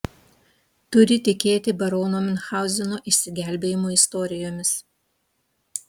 turi tikėti barono miunchauzeno išsigelbėjimo istorijomis